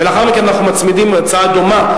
לאחר מכן אנחנו מצמידים הצעה דומה,